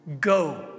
Go